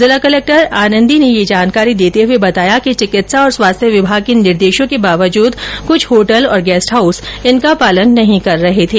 जिला कलक्टर आनंदी ने ये जानकारी देते हुए बताया कि चिकित्सा और स्वास्थ्य विभाग के निर्देशों के बावजूद कुछ होटल और गेस्ट हाउस इनका पालने नहीं कर रहे थे